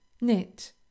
knit